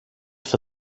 for